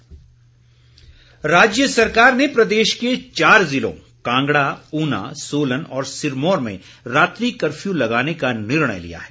curfew राज्य सरकार ने प्रदेश के चार जिलों कांगड़ा ऊना सोलन और सिरमौर में रात्रि कर्फ्यू लगाने का निर्णय लिया है